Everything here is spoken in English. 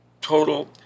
total